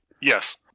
Yes